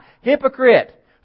Hypocrite